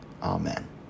Amen